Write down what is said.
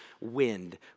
wind